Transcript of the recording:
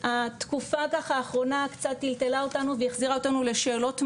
התקופה ככה האחרונה קצת טלטלה אותנו והיא החזירה אותנו לשאלות מהות,